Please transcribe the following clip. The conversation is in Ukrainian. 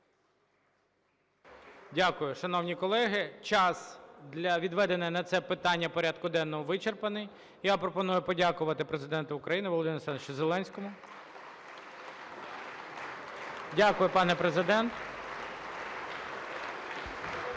Дякую. Шановні колеги, час, відведений на це питання порядку денного, вичерпаний. Я пропоную подякувати Президенту України Володимиру Олександровичу Зеленському. Дякую, пане Президенте.